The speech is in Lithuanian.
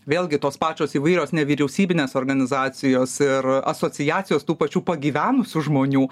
vėlgi tos pačios įvairios nevyriausybinės organizacijos ir asociacijos tų pačių pagyvenusių žmonių